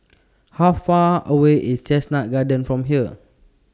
How Far away IS Chestnut Gardens from here